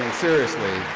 um seriously,